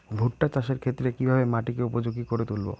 ভুট্টা চাষের ক্ষেত্রে কিভাবে মাটিকে উপযোগী করে তুলবো?